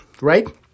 right